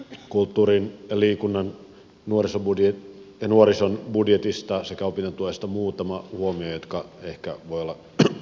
kulttuurin liikunnan ja nuorison budjetista sekä opintotuesta muutama huomio jotka ehkä voivat olla kiinnostavia